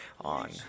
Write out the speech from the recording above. on